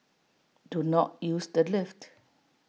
do not use the lift